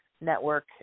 Network